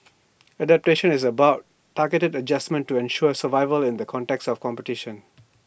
adaptation is about targeted adjustments to ensure survival in the context of competition